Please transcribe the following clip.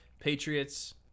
Patriots